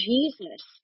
Jesus